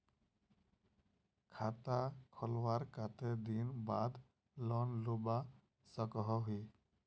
खाता खोलवार कते दिन बाद लोन लुबा सकोहो ही?